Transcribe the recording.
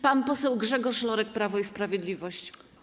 Pan poseł Grzegorz Lorek, Prawo i Sprawiedliwość.